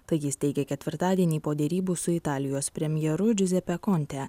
tai jis teigė ketvirtadienį po derybų su italijos premjeru džiuzepe konte